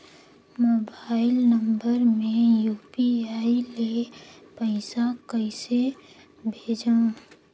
Mobile number मे UPI ले पइसा कइसे भेजवं?